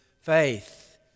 faith